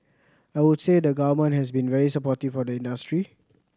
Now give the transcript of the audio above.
I would also say the Government has been very supportive of the industry